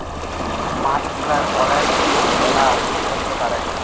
মাছ গুলার অলেক ছময় ম্যালা অসুখ হ্যইতে পারে